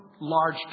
large